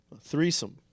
Threesome